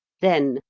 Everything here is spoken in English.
then,